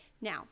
Now